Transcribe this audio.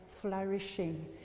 flourishing